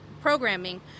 programming